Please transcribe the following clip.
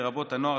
לרבות הנוער,